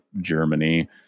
Germany